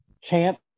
chance